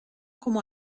como